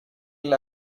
feel